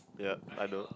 yeap I know